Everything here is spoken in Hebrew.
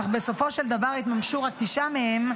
אך בסופו של דבר התממשו רק תשעה מהם,